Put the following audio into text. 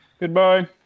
Goodbye